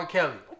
Kelly